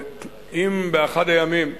אם באחד הימים,